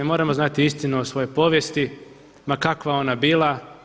Moramo znati istinu o svojoj povijesti ma kakva ona bila.